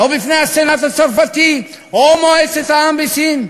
לא בפני הסנאט הצרפתי או מועצת העם בסין.